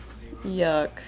Yuck